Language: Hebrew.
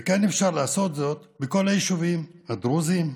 וכך אפשר לעשות בכל היישובים הדרוזיים,